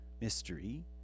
mystery